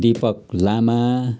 Dipak Lama